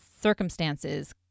circumstances